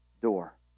door